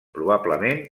probablement